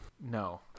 No